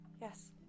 Yes